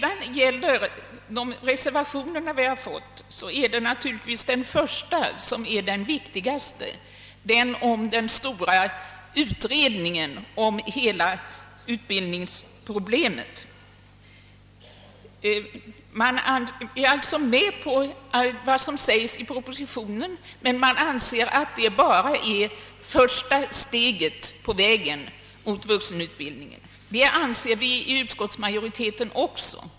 Av reservationerna är naturligtvis den första viktigast, alltså den som begär utredning av hela utbildningsproblemet. Reservanterna ansluter sig alltså till propositionens förslag men anser att de bara är första steget på vägen mot vuxenutbildningen. Det anser även utskottsmajoriteten.